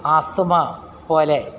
asthma പോലെ